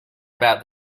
about